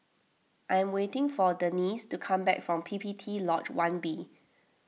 I am waiting for Denice to come back from P P T Lodge one B